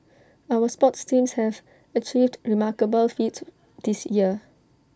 our sports teams have achieved remarkable feats this year